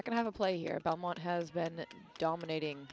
i can have a play here about mont has been dominating